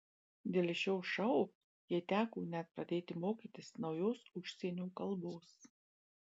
dėl šio šou jai teko net pradėti mokytis naujos užsienio kalbos